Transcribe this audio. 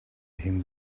him